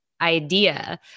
idea